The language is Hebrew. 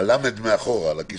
ה"ל" מאחורה על הכיסא.